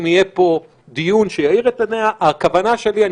אם יהיה פה דיון שיאיר את עיניה הכוונה שלי אני